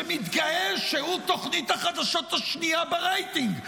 שמתגאה שהוא תוכנית החדשות השנייה ברייטינג,